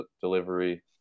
delivery